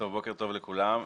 בוקר טוב לכולם.